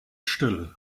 still